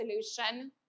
solution